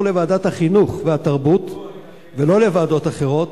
לוועדת החינוך והתרבות ולא לוועדות אחרות,